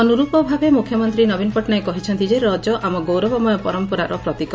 ଅନୁର୍ପ ଭାବେ ମୁଖ୍ୟମନ୍ତୀ ନବୀନ ପଟ୍ଟନାୟକ କହିଛନ୍ତି ଯେ ରଜ ଆମ ଗୌରବମୟ ପରମ୍ପରାର ପ୍ରତୀକ